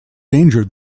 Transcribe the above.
danger